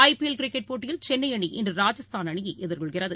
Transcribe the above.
IPL cricket போட்டியில் சென்னைஅணி இன்று ராஜஸ்தான் அணியைஎதிர்கொள்கிறது